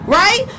right